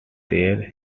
there